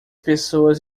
pessoas